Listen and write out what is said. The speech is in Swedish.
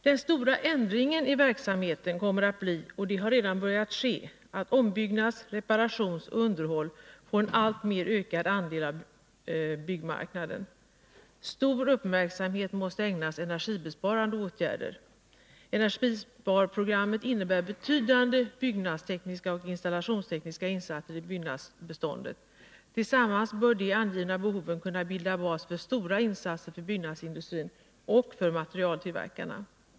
Den stora ändringen i verksamheten kommer att bli — och detta har redan börjat ske — att ombyggnader, reparationer och underhåll får en alltmer ökande andel av byggmarknaden. Stor uppmärksamhet måste ägnas energibesparande åtgärder. Energisparprogrammet innebär betydande byggnadstekniska och installationstekniska insatser i byggnadsbeståndet. Tillsammans bör de angivna behoven kunna bilda basen för stora insatser av byggnadsindustrin och för materialtillverkarna.